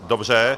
Dobře.